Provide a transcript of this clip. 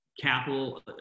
capital